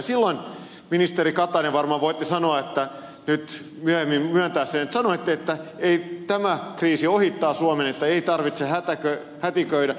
silloin ministeri katainen varmaan voitte nyt myöhemmin myöntää sen sanoitte että tämä kriisi ohittaa suomen että ei tarvitse hätiköidä